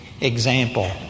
example